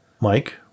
Mike